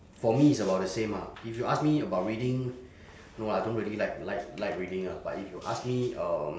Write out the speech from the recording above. for me it's about the same ah if you ask me about reading no lah I don't really like like like reading lah but if you ask me um